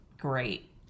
great